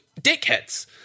dickheads